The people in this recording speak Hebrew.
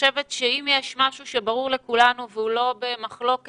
אם יש משהו שברור לכולנו והוא לא במחלוקת,